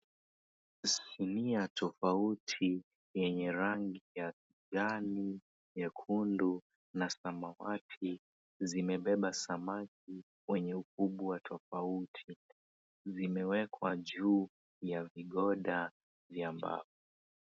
Sinia tofauti yenye rangi ya kijani, nyekundu na samawati zimebeba samaki wenye ukubwa tofauti vimewekwa juu ya vigoda vya mbao.